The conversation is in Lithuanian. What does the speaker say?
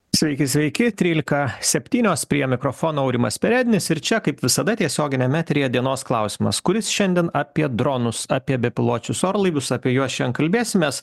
sveiki sveiki trylika septynios prie mikrofono aurimas perednis ir čia kaip visada tiesioginiame eteryje dienos klausimas kuris šiandien apie dronus apie bepiločius orlaivius apie juos šiandien kalbėsimės